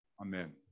Amen